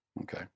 Okay